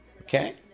Okay